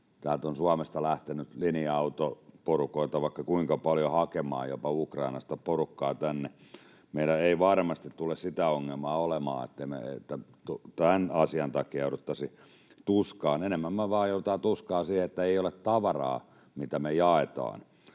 Täältä Suomesta on lähtenyt linja-autoporukoita vaikka kuinka paljon hakemaan Ukrainasta jopa porukkaa tänne. Meillä ei varmasti tule sitä ongelmaa olemaan, että me tämän asian takia jouduttaisiin tuskaan. Enemmän me vain joudutaan tuskaan siitä, että ei ole tavaraa, mitä me jaetaan.